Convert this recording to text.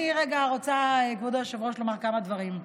אני רגע רוצה, כבוד היושב-ראש, לומר כמה דברים.